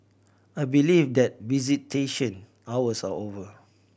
I believe that visitation hours are over